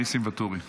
ניסים ואטורי.